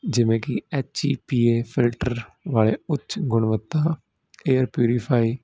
ਜਿਵੇਂ ਕਿ H E P A filter ਵਾਲੇ ਉੱਚ ਗੁਣਵੱਤਾ ਏਅਰ ਪਯੁਰੀਫਾਈ